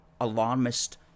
alarmist